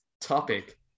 topic